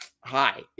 Hi